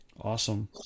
awesome